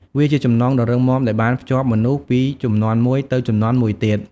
វាជាចំណងដ៏រឹងមាំដែលបានភ្ជាប់មនុស្សពីជំនាន់មួយទៅជំនាន់មួយទៀត។